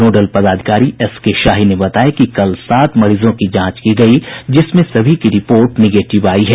nodal पदाधिकारी S K Shahi ने बताया कि कल सात मरीजों की जांच की गयी जिसमें सभी की रिपोर्ट निगेटिव आयी है